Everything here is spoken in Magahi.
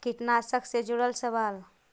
कीटनाशक से जुड़ल सवाल?